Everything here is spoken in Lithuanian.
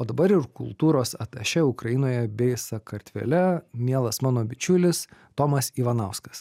o dabar ir kultūros atašė ukrainoje bei sakartvele mielas mano bičiulis tomas ivanauskas